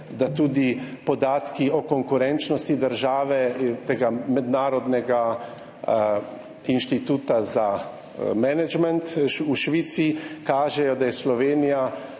da tudi podatki o konkurenčnosti države mednarodnega inštituta za menedžment v Švici kažejo, da je Slovenija